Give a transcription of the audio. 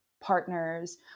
partners